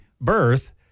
birth